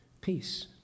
Peace